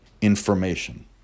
information